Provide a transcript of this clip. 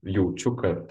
jaučiu kad